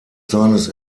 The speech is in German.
seines